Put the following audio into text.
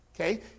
okay